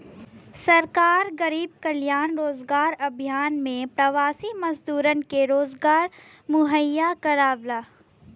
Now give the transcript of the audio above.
सरकार गरीब कल्याण रोजगार अभियान में प्रवासी मजदूरन के रोजगार मुहैया करावला